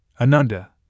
ananda